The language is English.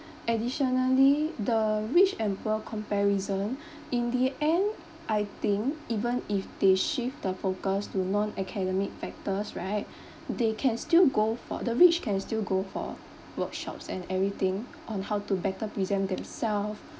additionally the rich and poor comparison in the end I think even if they shift the focus to non academic factors right they can still go for the rich can still go for workshops and everything on how to better present themselves